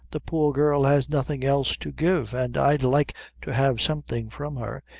the poor girl has nothing else to give, an' i'd like to have something from her,